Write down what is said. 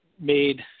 made